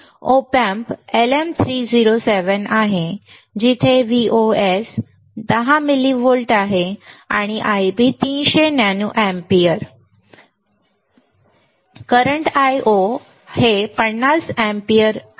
Op Amp LM 307 आहे जेथे Vos 10 millivolts आहे आणि Ib 300 nano ampere Iio is 50 nano ampere उजवीकडे आहे